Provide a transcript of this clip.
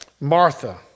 Martha